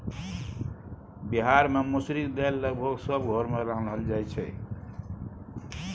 बिहार मे मसुरीक दालि लगभग सब घर मे रान्हल जाइ छै